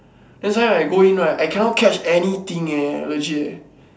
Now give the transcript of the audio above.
that's why I go in right I cannot catch anything eh legit